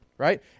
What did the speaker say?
Right